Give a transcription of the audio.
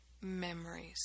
memories